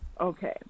okay